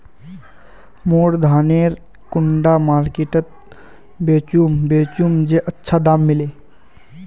मोर धानेर कुंडा मार्केट त बेचुम बेचुम जे अच्छा दाम मिले?